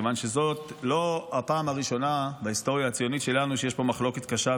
כיוון שזאת לא הפעם הראשונה בהיסטוריה הציונית שלנו שיש פה מחלוקת קשה,